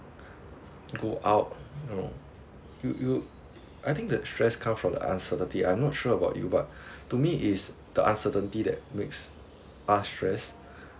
go out you know you you I think the stress comes from the uncertainty I'm not sure about you but to me is the uncertainty that makes us stress